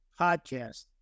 podcast